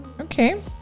Okay